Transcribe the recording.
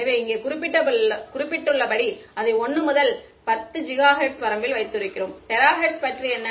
எனவே இங்கே குறிப்பிட்டுள்ளபடி அதை 1 முதல் 10 ஜிகாஹெர்ட்ஸ் வரம்பில் வைத்திருக்கிறோம் மாணவர் டெராஹெர்ட்ஸ் பற்றி என்ன